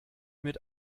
mit